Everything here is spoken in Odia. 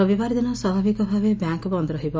ରବିବାର ଦିନ ସ୍ୱାଭାବିକ ଭାବେ ବ୍ୟାଙ୍ ବନ୍ଦ୍ ରହିବ